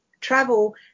travel